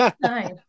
nice